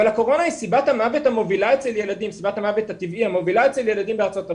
אבל הקורונה היא סיבת המוות הטבעי המובילה אצל ילדים בארצות הברית,